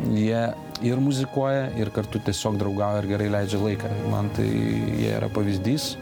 jie ir muzikuoja ir kartu tiesiog draugauja ir gerai leidžia laiką man tai yra pavyzdys